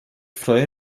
freue